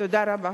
תודה רבה.